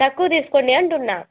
తక్కువ తీసుకోండీ అంటున్నాను